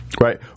Right